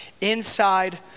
inside